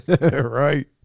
Right